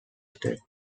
state